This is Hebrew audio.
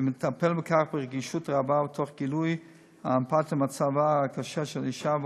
ומטפל בכך ברגישות רבה תוך גילוי אמפתיה למצבה הקשה של האישה,